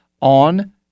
on